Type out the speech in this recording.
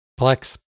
Plex